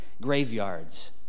graveyards